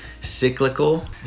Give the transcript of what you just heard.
cyclical